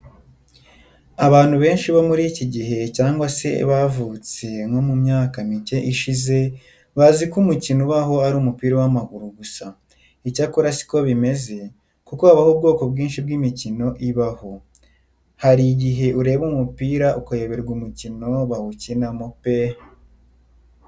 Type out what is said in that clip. Abantu benshi bo muri iki gihe cyangwa se bavutse nko mu myaka mike ishize, bazi ko umukino ubaho ari umupira w'amaguru gusa. Icyakora si ko bimeze kuko habaho ubwoko bwinshi bw'imikino ibaho. Hari igihe ureba umupira ukayoberwa umukino bawukinamo pe!